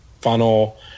funnel